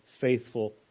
faithful